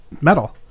metal